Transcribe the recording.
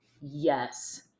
yes